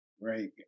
Right